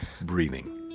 breathing